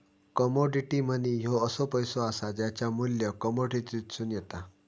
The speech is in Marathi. कमोडिटी मनी ह्यो असो पैसो असा ज्याचा मू्ल्य कमोडिटीतसून येता